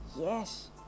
yes